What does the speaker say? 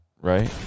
Right